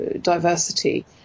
diversity